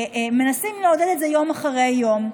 מנסים לעודד את זה יום אחרי יום.